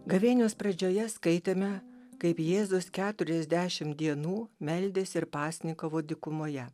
gavėnios pradžioje skaitėme kaip jėzus keturiasdešim dienų meldėsi ir pasninkavo dykumoje